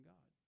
God